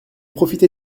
profiter